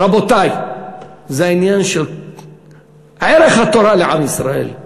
רבותי, זה העניין של ערך התורה לעם ישראל.